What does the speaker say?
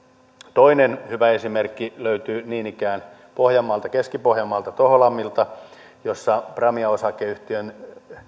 toinen hyvä esimerkki löytyy niin ikään pohjanmaalta keski pohjanmaalta toholammilta jossa pramia osakeyhtiön